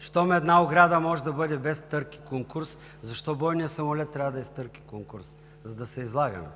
Щом една ограда може да бъде без търг и конкурс, защо бойният самолет трябва да е с търг и конкурс? За да се излагаме!